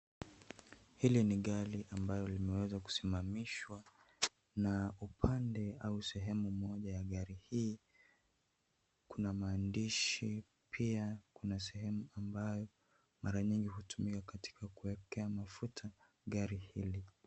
Hili ni gari ambayo imeweza kusimamishwa na upande au sehemu moja ya gari hii kuna maandishi pia kuna sehemu ambayo mara nyingi hutumika katika kuekea mafuta gari hili.